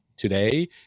today